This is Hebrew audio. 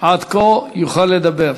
עד כה יוכל לדבר.